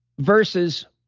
versus